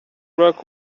rock